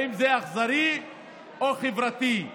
האם זה אכזרי או חברתי?